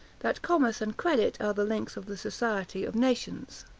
that commerce and credit are the links of the society of nations.